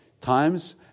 times